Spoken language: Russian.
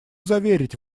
заверить